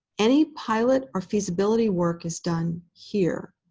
any pilot or feasibility work is done here.